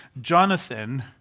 Jonathan